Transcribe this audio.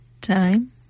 time